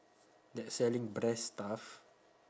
that selling breast stuff